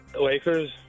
Lakers